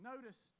Notice